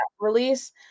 release